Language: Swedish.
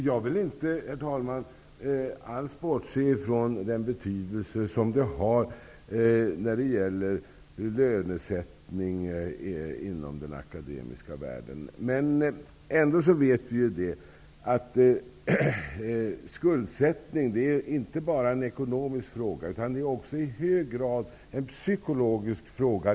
Herr talman! Jag vill inte alls bortse från den betydelse som lönesättningen inom den akademiska världen har. Men vi vet ju ändå att skuldsättning inte bara är en ekonomisk fråga, utan det är också i hög grad en psykologisk fråga.